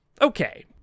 okay